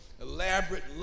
elaborate